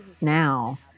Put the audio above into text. now